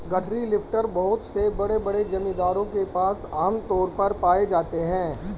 गठरी लिफ्टर बहुत से बड़े बड़े जमींदारों के पास आम तौर पर पाए जाते है